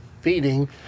feeding